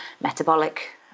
metabolic